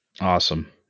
Awesome